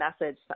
message